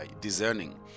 discerning